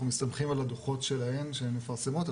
מסתמכים על הדו"חות שלהן שהן מפרסמות,